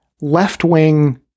left-wing